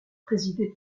présidé